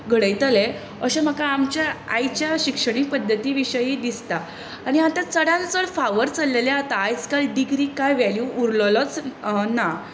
घडयतले अशें म्हाका आमच्या आयच्या शिक्षणीक पद्दती विशीं दिसता आनी आतां चडांत चड फावोर चल्लेले वता आयज काल डिग्रीक कांयच वेल्यू उरल्लोच ना